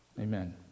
Amen